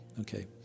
Okay